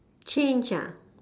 change ah